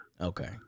Okay